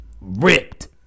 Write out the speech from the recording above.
Ripped